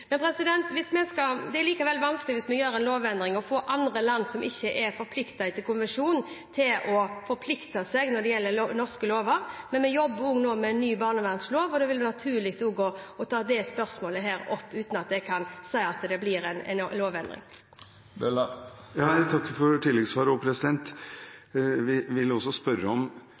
Det er likevel vanskelig, hvis vi gjør en lovendring, å få land som ikke er forpliktet etter konvensjonen, til å forplikte seg når det gjelder norske lover. Vi jobber nå med en ny barnevernslov. Da vil det være naturlig å ta opp dette spørsmålet, uten at jeg kan si at det blir en lovendring. Jeg takker for svaret. Vi vil også spørre om